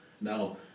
Now